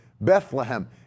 Bethlehem